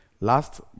Last